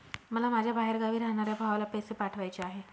मला माझ्या बाहेरगावी राहणाऱ्या भावाला पैसे पाठवायचे आहे